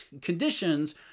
conditions